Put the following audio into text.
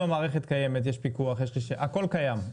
אם המערכת קיימת, יש פיקוח, יש את הכל והכל קיים.